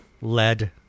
Lead